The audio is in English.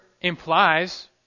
implies